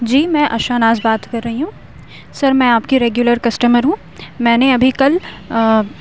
جی میں شہناز بات کر رہی ہوں سر میں آپ کی ریگولر کسٹمر ہوں میں نے ابھی کل